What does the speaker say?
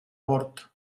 bord